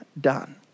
done